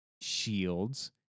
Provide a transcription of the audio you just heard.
shields